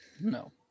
no